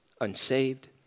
unsaved